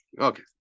Okay